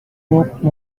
dope